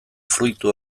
fruitu